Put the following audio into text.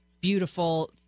Beautiful